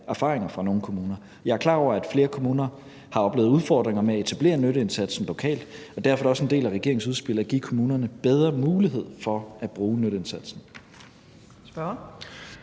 erfaringerne fra nogle kommuner. Jeg er klar over, at flere kommuner har oplevet udfordringer med at etablere nytteindsatsen lokalt, og derfor er det også en del af regeringens udspil at give kommunerne bedre muligheder for at bruge nytteindsatsen.